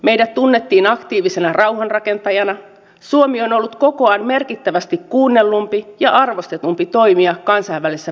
meidät tunnettiin aktiivisena rauhanrakentajana ja suomi on ollut kokoaan merkittävästi kuunnellumpi ja arvostetumpi toimija kansainvälisessä politiikassa